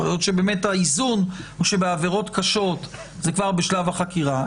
יכול להיות שהאיזון הוא שבעבירות קשות זה כבר בשלב החקירה.